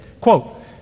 quote